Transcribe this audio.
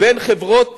בין חברות